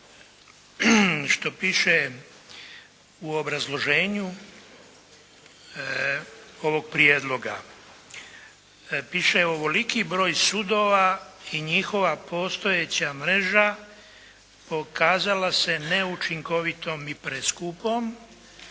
što piše u obrazloženju ovog prijedloga. Piše: Ovoliki broj sudova i njihova postojeća mreža pokazala se neučinkovitom i preskupom